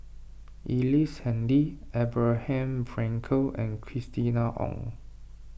Ellice Handy Abraham Frankel and Christina Ong